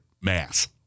mass